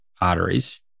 arteries